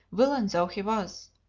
villain though he was.